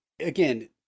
again